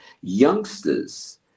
youngsters